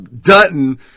Dutton